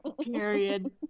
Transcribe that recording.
Period